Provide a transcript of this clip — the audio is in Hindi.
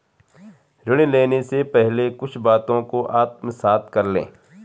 ऋण लेने से पहले कुछ बातों को आत्मसात कर लें